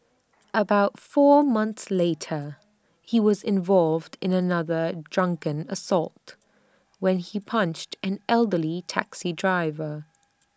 about four months later he was involved in another drunken assault when he punched an elderly taxi driver